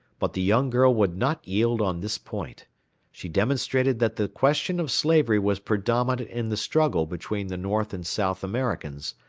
but the young girl would not yield on this point she demonstrated that the question of slavery was predominant in the struggle between the north and south americans,